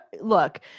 look